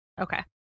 Okay